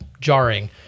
jarring